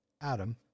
Adam